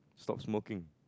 stop smoking